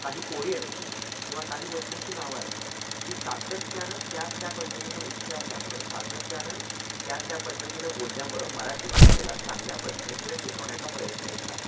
काही कोडी असतील किंवा काही वस्तूंची नावं असतील ही सातत्यानं त्याच त्या पद्धतीनं उच्चारल्यामुळं सातत्यानं त्याच त्या पद्धतीनं बोलल्यामुळं मराठी भाषेला चांगल्या पद्धतीनं टिकवण्याचा प्रयत्न झाला